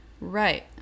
Right